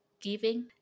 giving